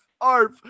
arf